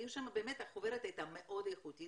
החוברת הייתה מאוד איכותית,